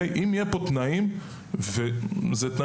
אלה תנאים חד-משמעיים.